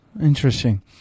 Interesting